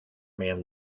man